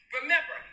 Remember